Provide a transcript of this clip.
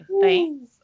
Thanks